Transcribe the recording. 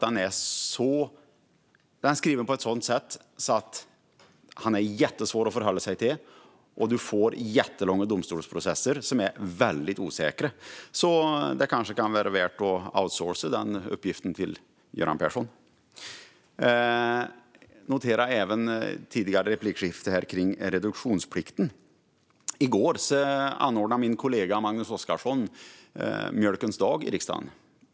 Den är skriven på ett sådan sätt att den är jättesvår att förhålla sig till, och man får jättelånga domstolsprocesser som är väldigt osäkra. Det kanske kan vara värt att outsourca den uppgiften till Göran Persson. Jag noterade även ett tidigare replikskifte här om reduktionsplikten. I går anordnade min kollega Magnus Oscarsson Mjölkens dag här i riksdagen.